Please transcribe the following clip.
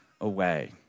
away